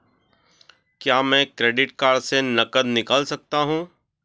क्या मैं credit card से नकद निकाल सकता हूँ?